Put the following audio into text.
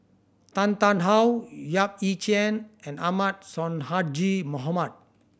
Tan Tarn How Yap Ee Chian and Ahmad Sonhadji Mohamad